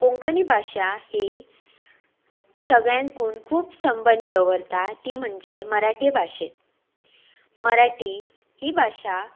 कोंकणी भाशा ही सगळ्यांकून खूब संबंद दवरता ती म्हणजे मराठी भाशेंत मराठी ही भाशा